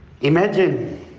Imagine